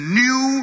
new